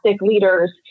leaders